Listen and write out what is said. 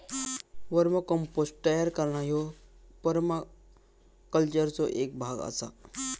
वर्म compost तयार करणा ह्यो परमाकल्चरचो एक भाग आसा